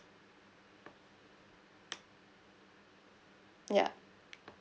ya